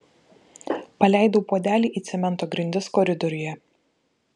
paleidau puodelį į cemento grindis koridoriuje